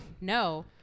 no